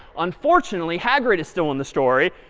unfortunately, hagrid is still in the story.